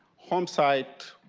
homesite